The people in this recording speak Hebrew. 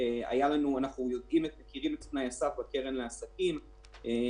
על עסקים קטנים,